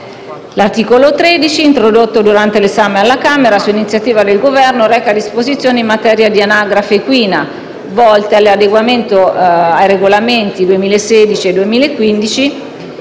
L'articolo 13, introdotto durante l'esame alla Camera su iniziativa del Governo, reca disposizioni in materia di anagrafe equina, volte all'adeguamento ai regolamenti nn. 2016/429